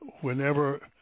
whenever